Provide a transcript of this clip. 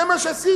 זה מה שעשיתם: